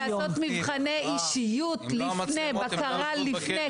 צריך לעשות מבחני אישיות לפני, בקרה לפני.